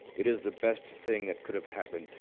it is the best thing that could have happened.